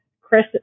chris